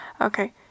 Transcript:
Okay